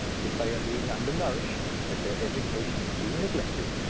if they are being undernourished, if their education is being neglected,